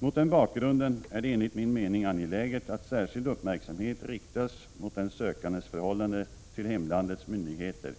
Mot den bakgrunden är det enligt min mening angeläget att särskild uppmärksamhet riktas mot den sökandes förhållande till hemlandets myndigheter,